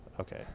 Okay